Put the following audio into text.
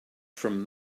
from